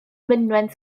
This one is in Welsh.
mynwent